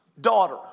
daughter